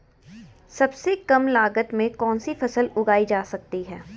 सबसे कम लागत में कौन सी फसल उगाई जा सकती है